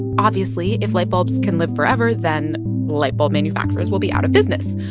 obviously, if light bulbs can live forever, then light bulb manufacturers will be out of business.